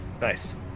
nice